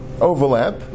overlap